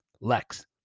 Lex